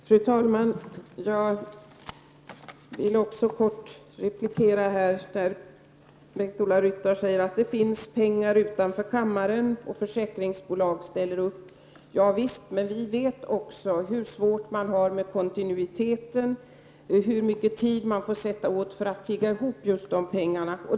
Fru talman! Även jag vill kort replikera Bengt-Ola Ryttar. Han sade att det finns pengar utanför kammaren och att försäkringsbolagen ställer upp. Javisst, men vi vet också hur svårt det är med kontinuiteten och hur lång tid man får sätta till för att tigga ihop de pengarna.